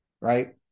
right